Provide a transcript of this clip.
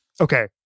Okay